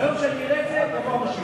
ביום שאני אראה את זה, יבוא המשיח.